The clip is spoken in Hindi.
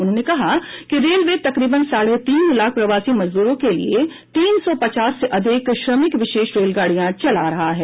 उन्होंने कहा कि रेलवे तकरीबन साढे तीन लाख प्रवासी मजदूरों के लिए तीन सौ पचास से अधिक श्रमिक विशेष रेलगाडियां चला रहा है